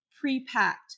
pre-packed